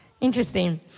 Interesting